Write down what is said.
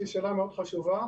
שהיא שאלה מאוד חשובה,